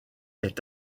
est